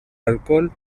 alcohol